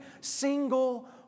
single